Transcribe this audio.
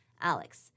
Alex